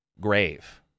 Grave